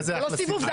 זה לא סיבוב.